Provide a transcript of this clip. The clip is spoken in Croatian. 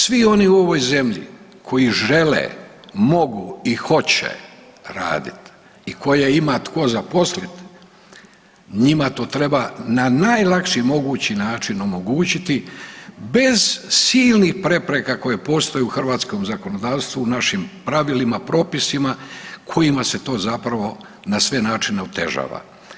Svi oni u ovoj zemlji koji žele, mogu i hoće radit i koje ima tko zaposlit njima to treba na najlakši mogući način omogućiti bez silnih prepreka koje postoje u hrvatskom zakonodavstvu, u našim pravilima, propisima, kojima se to zapravo na sve načine otežava.